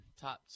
top